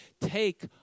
take